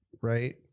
Right